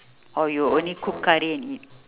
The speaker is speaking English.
or you will only cook curry and eat